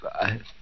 five